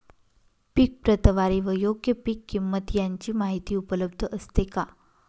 पीक प्रतवारी व योग्य पीक किंमत यांची माहिती उपलब्ध असते का?